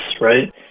right